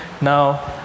Now